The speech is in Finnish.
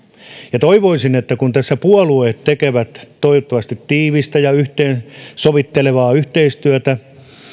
ja toivoisin että kun tässä puolueet tekevät toivottavasti tiivistä ja yhteensovittelevaa yhteistyötä